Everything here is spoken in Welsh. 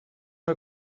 mae